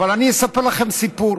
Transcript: אבל אני אספר לכם סיפור.